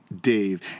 Dave